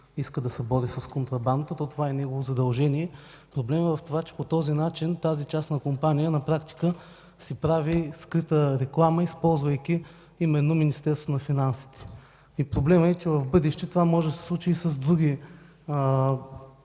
иска да се бори с контрабандата. Това е негово задължение. Проблемът е в това, че по този начин тази частна компания на практика си прави скрита реклама, използвайки именно Министерството на финансите. И проблемът е, че в бъдеще това може да се случи и с други